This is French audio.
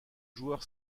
joueur